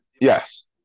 yes